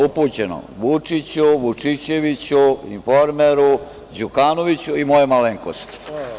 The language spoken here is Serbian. Upućeno Vučiću, Vučićeviću, „Informeru“, Đukanoviću i mojoj malenkosti.